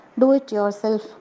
do-it-yourself